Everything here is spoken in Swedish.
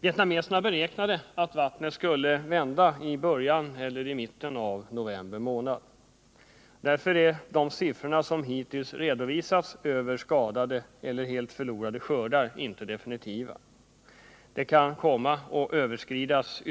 Vietnameserna beräknade att vattnet skulle vända i början eller mitten av november. Därför är de siffror som hittills redovisats över skadade eller helt förlorade skördar inte definitiva. De kan komma att överskridas.